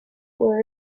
where